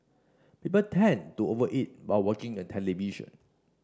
people tend to over eat while watching the television